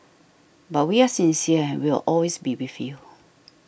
but we are sincere and we will always be with you